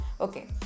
Okay